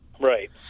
Right